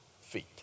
feet